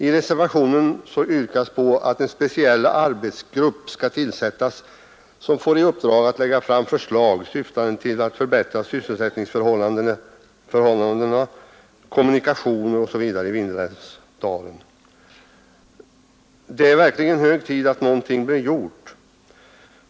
I reservationen yrkas att en speciell arbetsgrupp skall tillsättas som får i uppdrag att lägga fram förslag syftande till att förbättra sysselsättningsförhållandena, kommunikationerna osv. i Vindelälvsområdet. Det är verkligen hög tid att någonting blir gjort.